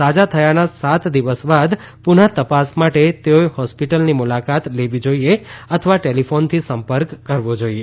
સાજા થયાના સાત દિવસ બાદ પુનઃ તપાસ માટે તેઓએ હોસ્પિટલની મુલાકાત લેવી જોઇએ અથવા ટેલિફોનથી સંપર્ક કરવો જોઇએ